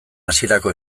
hasierako